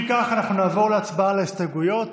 אם כך, אנחנו נעבור להצבעה על ההסתייגויות.